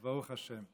אז ברוך השם.